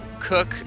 Cook